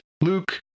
Luke